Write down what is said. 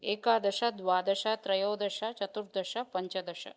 एकादश द्वादश त्रयोदश चतुर्दश पञ्चदश